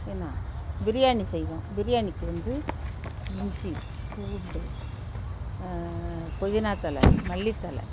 என்னா பிரியாணி செய்வோம் பிரியாணிக்கு வந்து இஞ்சி பூண்டு புதினா தழை மல்லித்தழை